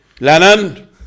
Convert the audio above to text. lennon